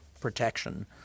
Protection